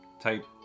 type